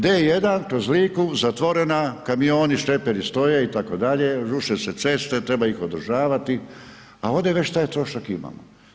D1 kroz Liku zatvorena, kamioni, šleperi stoje itd., ruše se ceste, treba ih održavati a ovdje već taj trošak imamo.